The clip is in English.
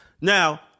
Now